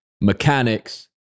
mechanics